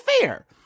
fair